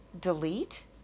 delete